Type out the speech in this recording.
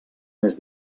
més